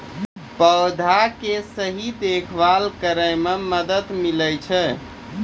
पौधा के सही देखभाल करै म मदद मिलै छै